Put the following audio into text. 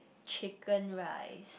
chicken-rice